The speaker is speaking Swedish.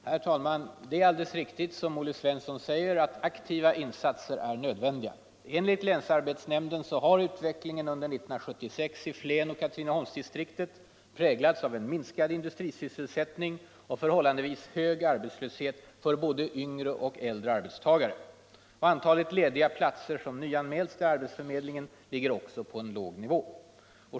Herr talman! Det är alldeles riktigt som Olle Svensson i Eskilstuna säger, att aktiva insatser är nödvändiga. Enligt länsarbetsnämnden har utvecklingen under 1976 i Flenoch Katrineholmsdistriktet präglats av en minskad industrisysselsättning och en förhållandevis hög arbetslöshet för både äldre och yngre arbetstagare. Antalet lediga platser som nyanmälts till arbetsförmedlingen ligger också på en låg nivå.